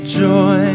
joy